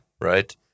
right